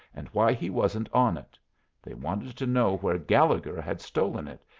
and why he wasn't on it they wanted to know where gallegher had stolen it,